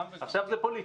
לא,